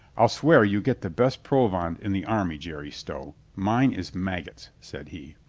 i'll swear you get the best provand in the army, jerry stow. mine is maggots, said he.